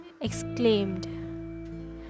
Exclaimed